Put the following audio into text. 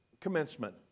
commencement